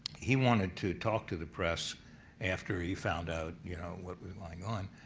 he wanted to talk to the press after he found out, you know, what was going on.